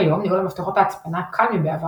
כיום ניהול מפתחות ההצפנה קל מבעבר